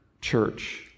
church